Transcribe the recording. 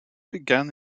began